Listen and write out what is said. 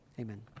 amen